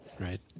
right